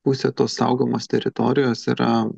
pusė tos saugomos teritorijos yra